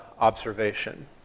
observation